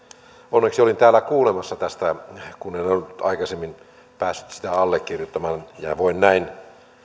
onneksi olin täällä kuulemassa tästä kun en ollut aikaisemmin päässyt sitä allekirjoittamaan ja voin näin